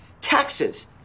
Taxes